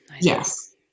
Yes